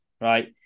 right